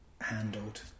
handled